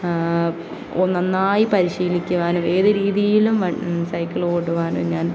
നന്നായി പരിശീലിക്കുവാനും ഏത് രീതിയിലും സൈക്കിൾ ഓട്ടുവാനും ഞാൻ